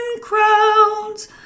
crowns